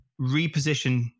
reposition